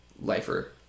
lifer